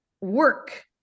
work